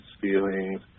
feelings